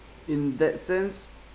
in that sense